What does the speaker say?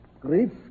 Great